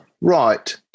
Right